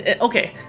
Okay